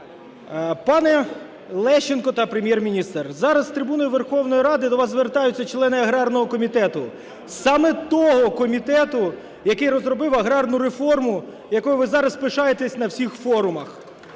Пане Лещенко та Прем'єр-міністр, зараз з трибуни Верховної Ради до вас звертаються члени аграрного комітету, саме того комітету, який розробив аграрну реформу, якою ви зараз пишаєтесь на всіх форумах,